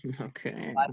Okay